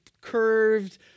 curved